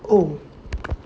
oh